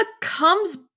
comes